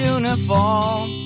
uniform